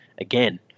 again